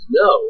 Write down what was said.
no